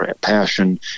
passion